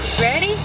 Ready